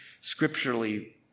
scripturally